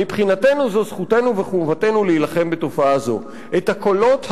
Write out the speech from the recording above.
"מבחינתנו זו זכותנו וחובתנו להילחם בתופעה זו." את הקולות האלה,